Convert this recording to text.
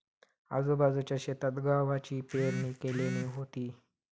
आजूबाजूच्या शेतात गव्हाची पेरणी केल्यानी होती